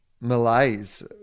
malaise